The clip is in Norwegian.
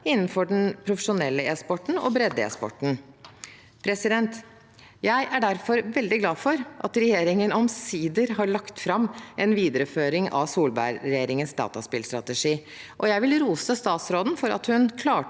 innenfor både den profesjonelle e-sporten og bredde-e-sporten. Jeg er derfor veldig glad for at regjeringen omsider har lagt fram en videreføring av Solberg-regjeringens dataspillstrategi, og jeg vil rose statsråden for at hun klarte